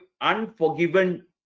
unforgiven